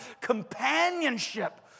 companionship